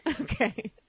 Okay